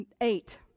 eight